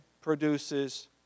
produces